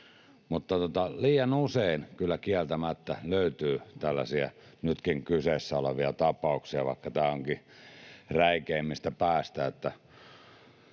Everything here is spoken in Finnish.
mutta liian usein kyllä kieltämättä löytyy tällaisia nytkin kyseessä olevia tapauksia, vaikka tämä onkin räikeimmästä päästä,